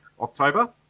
October